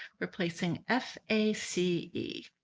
we're placing f a c e.